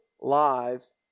lives